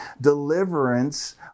Deliverance